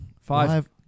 Five